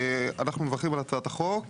אנחנו מברכים על הצעת החוק.